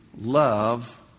love